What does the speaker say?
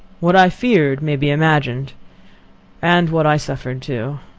what i feared, may be imagined and what i suffered too.